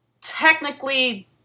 technically